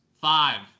Five